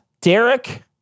Derek